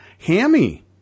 hammy